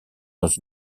dans